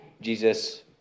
jesus